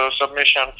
submission